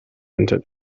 into